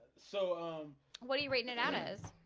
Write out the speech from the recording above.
so um what are you reading it on us?